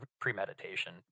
premeditation